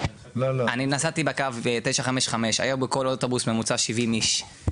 אני נסעתי בקו 955. היה בכל אוטובוס ממוצע של 70 איש.